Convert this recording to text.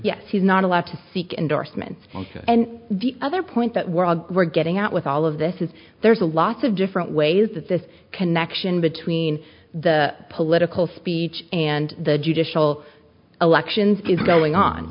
yes he's not allowed to seek endorsements and the other point that we're getting at with all of this is there's a lot of different ways that this connection between the political speech and the judicial elections is going on